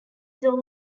saw